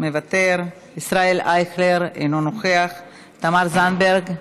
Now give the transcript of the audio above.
מוותר, ישראל אייכלר, אינו נוכח, תמר זנדברג,